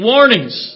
Warnings